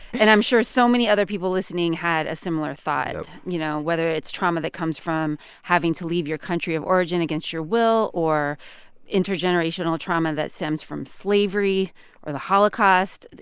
and i'm sure so many other people listening had a similar thought yep you know, whether it's trauma that comes from having to leave your country of origin against your will or intergenerational trauma that stems from slavery or the holocaust,